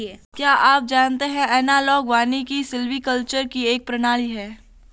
क्या आप जानते है एनालॉग वानिकी सिल्वीकल्चर की एक प्रणाली है